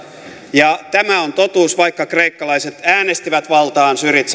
ja tämä on totuus vaikka kreikkalaiset äänestivät valtaan syrizan